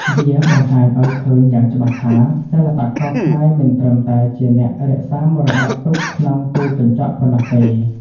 វាបង្ហាញឱ្យឃើញយ៉ាងច្បាស់ថា សិល្បករខ្មែរមិនត្រឹមតែជាអ្នករក្សាមរតកទុកក្នុងទូកញ្ចក់ប៉ុណ្ណោះទេ។